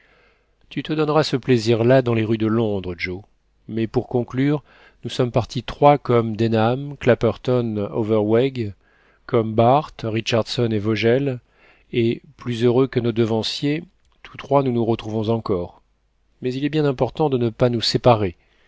tu te donneras ce plaisir là dans les rues de londres joe mais pour conclure nous sommes partis trois comme denham clapperton overweg comme barth richardson et vogel et plus heureux que nos devanciers tous trois nous nous retrouvons encore mais il est bien important de ne pas nous séparer